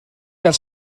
gael